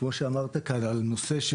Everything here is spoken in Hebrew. וכמו שאמרת על הנושא,